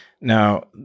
Now